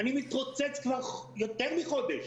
אני מתרוצץ כבר יותר מחודש